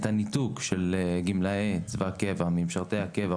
את הניתוק של גמלאי צבא קבע ממשרתי הקבע,